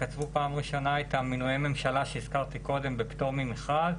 שקצבו פעם ראשונה את מינויי הממשלה שהזכרתי קודם בפטור ממכרז,